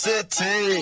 City